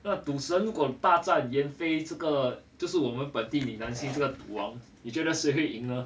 那赌神如果大战燕飞这个就是我们本地李南星这个赌王你觉得谁会赢呢